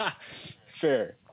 Fair